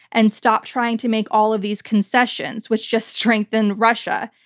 and stops trying to make all of these concessions, which just strengthen russia.